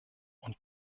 und